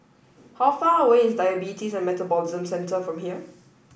how far away is Diabetes and Metabolism Centre from here